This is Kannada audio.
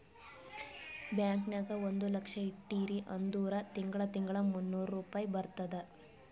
ಬ್ಯಾಂಕ್ ನಾಗ್ ಒಂದ್ ಲಕ್ಷ ಇಟ್ಟಿರಿ ಅಂದುರ್ ತಿಂಗಳಾ ತಿಂಗಳಾ ಮೂನ್ನೂರ್ ರುಪಾಯಿ ಬರ್ತುದ್